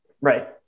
Right